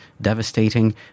devastating